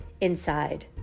inside